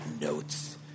notes